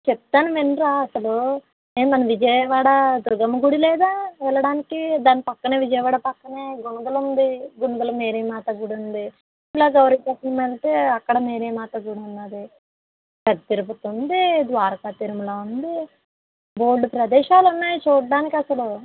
చెప్తాను వినరా అసలు ఏ మన విజయవాడ దుర్గమ్మ గుడి లేదా వెళ్ళడానికి దాని పక్కనే విజయవాడ పక్కనే గుణదల ఉంది గుణదల మేరీమాత గుడి ఉంది ఇలా గౌరీపట్నం వెళ్తే అక్కడ మేరీమాత గుడి ఉన్నాది పెద్ద తిరుపతి ఉంది ద్వారక తిరుమల ఉంది బోలెడు ప్రదేశాలున్నాయి చూడ్డానికి అసలు